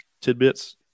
tidbits